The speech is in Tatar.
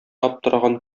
аптыраган